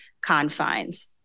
confines